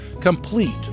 complete